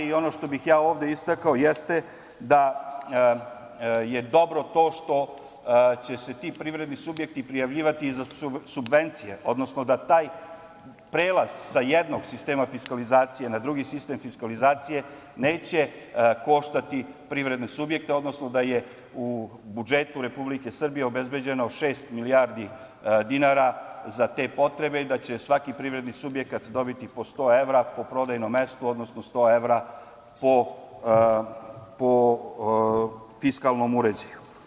Ono što bih ja ovde istakao, jeste da je dobro to što će se ti privredni subjekti prijavljivati i za subvencije, odnosno da taj prelaz sa jednog sistema fiskalizacije na drugi sistem fiskalizacije neće koštati privredne subjekte, odnosno da je u budžetu Republike Srbije obezbeđeno šest milijardi dinara za te potrebe i da će svaki privredni subjekat dobiti po 100 evra po prodajnom mestu, odnosno 100 evra po fiskalnom uređaju.